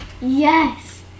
yes